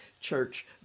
church